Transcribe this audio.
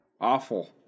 Awful